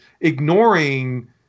ignoring